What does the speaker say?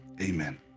amen